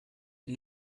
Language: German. die